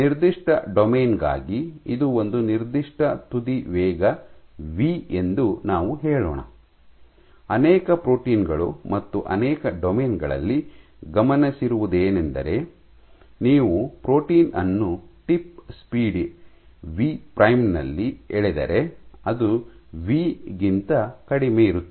ನಿರ್ದಿಷ್ಟ ಡೊಮೇನ್ ಗಾಗಿ ಇದು ಒಂದು ನಿರ್ದಿಷ್ಟ ತುದಿ ವೇಗ ವಿ ಎಂದು ನಾವು ಹೇಳೋಣ ಅನೇಕ ಪ್ರೋಟೀನ್ ಗಳು ಮತ್ತು ಅನೇಕ ಡೊಮೇನ್ ಗಳಲ್ಲಿ ಗಮನಿಸಿರುವುದೇನೆಂದರೆ ನೀವು ಪ್ರೋಟೀನ್ ನ್ನು ಟಿಪ್ ಸ್ಪೀಡ್ ವಿ ಪ್ರೈಮ್ ನಲ್ಲಿ ಎಳೆದರೆ ಅದು ವಿ ಗಿಂತ ಕಡಿಮೆಯಿರುತ್ತದೆ